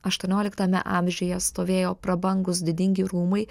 aštuonioliktame amžiuje stovėjo prabangūs didingi rūmai